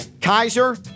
Kaiser